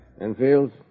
Enfield